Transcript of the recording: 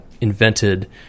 invented